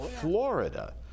Florida